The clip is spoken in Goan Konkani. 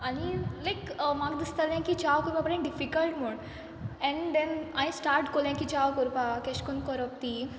आनी लायक म्हाक दिसतालें की चाव करपा बरें डिफिकल्ट म्हूण एंड दॅन हांय स्टाट कोलें की चाव करपा केश कोन करोप ती